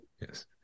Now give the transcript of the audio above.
yes